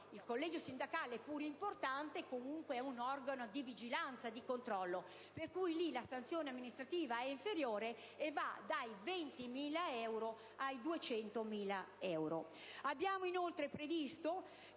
il collegio sindacale, pure importante, è comunque un organo di vigilanza e controllo), in ordine al quale la sanzione amministrativa è inferiore, e va dai 20.000 euro ai 200.000 euro. Abbiamo inoltre previsto